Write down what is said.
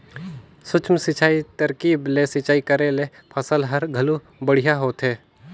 सूक्ष्म सिंचई तरकीब ले सिंचई करे ले फसल हर घलो बड़िहा होथे